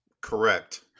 Correct